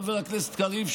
חבר הכנסת קריב,